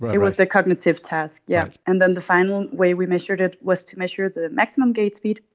but it was a cognitive test. yeah and then the final way we measured it was to measure the maximum gait speed,